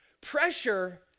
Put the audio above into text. Pressure